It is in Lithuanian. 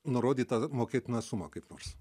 nurodytą mokėtiną sumą kaip nors